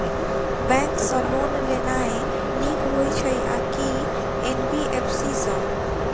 Bank सँ loan लेनाय नीक होइ छै आ की एन.बी.एफ.सी सँ?